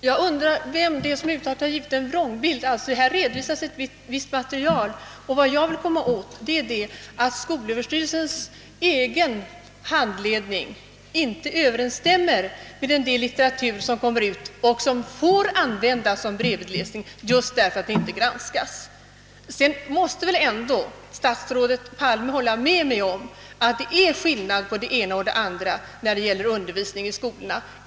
Herr talman! Jag undrar vem det är som givit en vrångbild av materialet. Här redovisas ett visst material, och vad jag vill komma åt är att skolöverstyrelsens egen handledning inte överensstämmer med en del av den litteratur som ges ut och som får användas som bredvidläsning just därför att den inte granskats. Vidare måste väl statsrådet Palme ändå hålla med mig om att det är skillnad på det ena och det andra när det gäller undervisning i skolan.